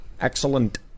Excellent